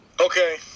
Okay